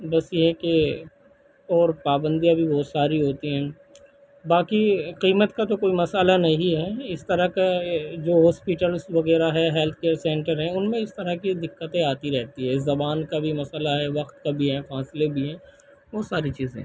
بس یہ کہ اور پابندیاں بھی بہت ساری ہوتی ہیں باقی قیمت کا تو کوئی مسئلہ نہیں ہے اس طرح کے جو ہاسپٹلس وغیرہ ہے ہیلتھ سینٹر ہیں ان میں اس طرح کی دقتیں آتی رہتی ہیں زبان کا بھی مسئلہ ہے وقت کا بھی ہے فاصلے بھی ہیں بہت ساری چیزیں ہیں